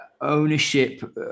ownership